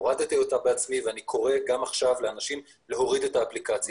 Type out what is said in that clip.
הורדתי אותה בעצמי ואני קורא לאנשים גם עכשיו להוריד את האפליקציה.